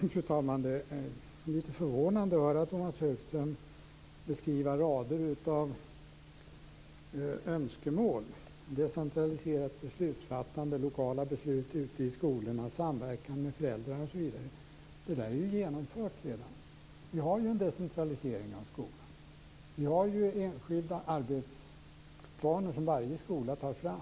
Fru talman! Det är lite förvånande att höra Tomas Högström beskriva en rad önskemål - decentraliserat beslutsfattande, lokala beslut ute i skolorna, samverkan med föräldrarna osv. Det där är redan genomfört! Vi har ju en decentraliserad skola, och vi har enskilda arbetsplaner som varje skola tar fram.